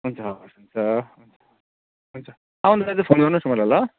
हुन्छ हवस् हुन्छ हुन्छ आउन लाग्दा चाहिँ फोन गर्नुहोस् न मलाई ल